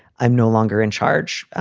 i'm no longer in charge.